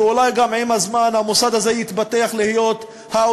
ואולי גם עם הזמן המוסד הזה יתפתח להיות האוניברסיטה